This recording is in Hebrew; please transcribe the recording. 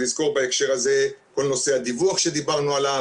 לזכור בהקשר הזה את כל נושא הדיווח שדיברנו עליו,